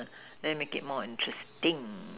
then make it more interesting